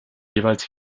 jeweils